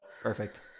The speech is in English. Perfect